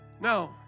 No